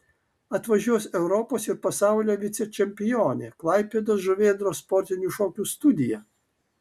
atvažiuos europos ir pasaulio vicečempionė klaipėdos žuvėdros sportinių šokių studija